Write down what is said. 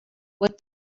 what